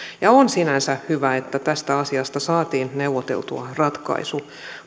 on sinänsä hyvä että tästä asiasta saatiin neuvoteltua ratkaisu